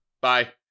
Bye